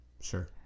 sure